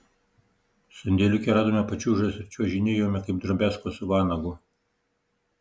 sandėliuke radome pačiūžas ir čiuožinėjome kaip drobiazko su vanagu